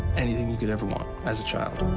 anything you could ever want as a child